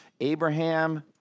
Abraham